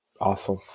Awesome